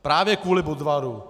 Právě kvůli Budvaru.